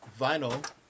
vinyl